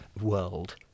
world